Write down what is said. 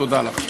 תודה לך.